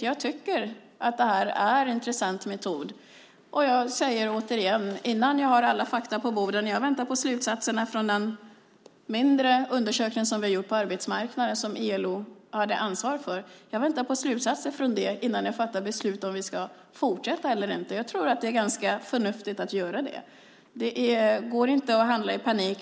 Jag tycker att det här är en intressant metod och säger återigen: Innan jag har alla fakta på bordet kommer jag inte att fatta beslut om huruvida vi ska fortsätta eller inte. Jag väntar på slutsatserna från den mindre undersökning på arbetsmarknaden som ILO hade ansvar för. Jag tror att det är ganska förnuftigt att göra så. Det går inte att handla i panik.